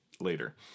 later